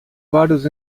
vários